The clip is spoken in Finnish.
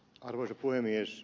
arvoisa puhemies